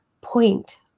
point